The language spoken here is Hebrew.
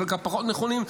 חלקם פחות נכונים,